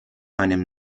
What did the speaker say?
einem